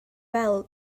fel